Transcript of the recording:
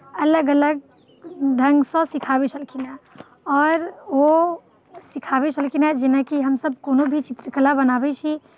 अलग अलग ढङ्गसँ सिखाबै छलखिन हेँ आओर ओ सिखाबै छलखिन हेँ जेनाकि हमसभ कोनो भी चित्रकला बनाबै छियै